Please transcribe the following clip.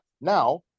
now